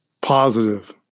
positive